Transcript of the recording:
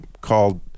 called